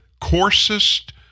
coarsest